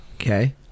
Okay